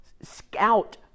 scout